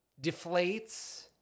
deflates